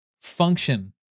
function